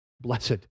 blessed